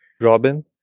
Robin